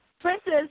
Princess